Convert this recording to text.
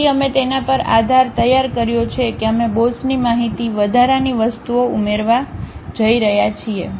તેથી અમે તેના પર આધાર તૈયાર કર્યો છે કે અમે બોસની માહિતી વધારાની વસ્તુઓ ઉમેરવા જઈ રહ્યા છીએ